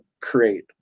create